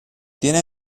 tiene